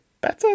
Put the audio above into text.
better